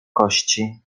kości